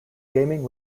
gaming